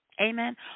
amen